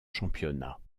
championnats